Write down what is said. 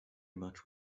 much